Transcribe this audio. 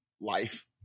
life